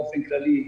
באופן כללי,